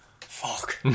Fuck